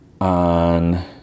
on